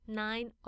nine